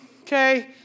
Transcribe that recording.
okay